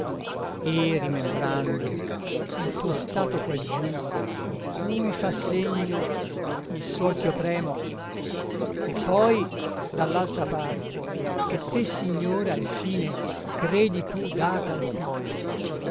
e rimembrando il tuo stato quaggiù di cui fa segno il suol ch'io premo e poi dall'altra parte che te signora e fine credi tu data al tutto